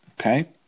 Okay